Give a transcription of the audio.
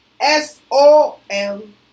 S-O-M